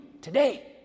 today